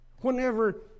Whenever